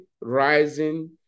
rising